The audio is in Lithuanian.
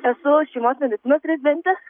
esu šeimos medicinos rezidentė